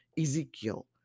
Ezekiel